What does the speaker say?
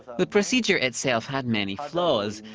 the procedure itself had many flaws.